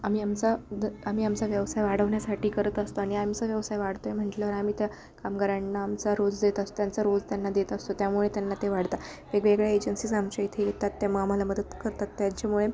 आम्ही आमचा द आम्ही आमचा व्यवसाय वाढवण्यासाठी करत असतो आणि आमचा व्यवसाय वाढतो आहे म्हटल्यावर आम्ही त्या कामगारांना आमचा रोज देत असत त्यांचा रोज त्यांना देत असतो त्यामुळे त्यांना ते वाढतात वेगवेगळ्या एजन्सीज आमच्या इथे येतात त्या मग आम्हाला मदत करतात त्यांच्यामुळे